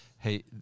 Hey